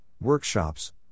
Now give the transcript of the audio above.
workshops